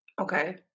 Okay